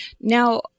Now